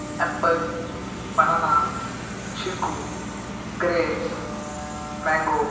Apple banana chikoo grapes mango